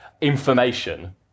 information